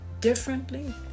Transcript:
differently